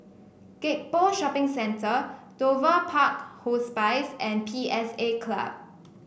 Gek Poh Shopping Centre Dover Park Hospice and P S A Club